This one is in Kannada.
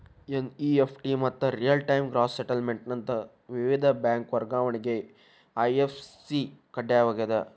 ಎನ್.ಇ.ಎಫ್.ಟಿ ಮತ್ತ ರಿಯಲ್ ಟೈಮ್ ಗ್ರಾಸ್ ಸೆಟಲ್ಮೆಂಟ್ ನಂತ ವಿವಿಧ ಬ್ಯಾಂಕ್ ವರ್ಗಾವಣೆಗೆ ಐ.ಎಫ್.ಎಸ್.ಸಿ ಕಡ್ಡಾಯವಾಗ್ಯದ